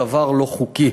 דבר לא חוקי.